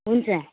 हुन्छ